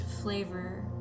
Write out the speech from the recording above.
flavor